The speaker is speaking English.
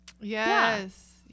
yes